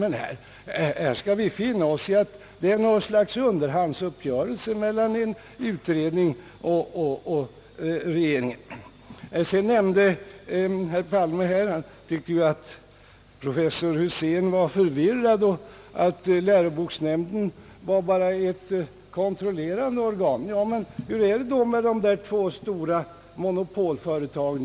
Men här skall vi finna oss i ett slags underhandsuppgörelse mellan en utredning och regeringen. Herr Palme tyckte att professor Husén var förvirrad och att läroboksnämnden bara var ett kontrollerande organ. Hur är det då med de två stora monopolföretagen?